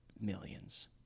millions